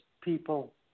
people